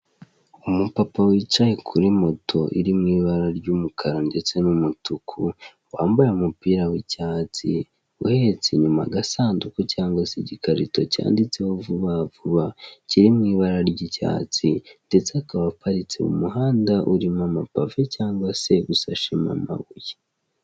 Umupapa wicyaye kuri moto iri mu ibara ry'umukara ndetse n'umutuku wambaye umupira w'icyatsi uhetse inyuma agasanduku cyangwa se igikarito cyanditseho vubavuba kiri mu ibara ry'icyatsi, ndetse akaba aparitse m'umuhanda urimo amapave cyangwa usashemo amabuye.